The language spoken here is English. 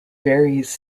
various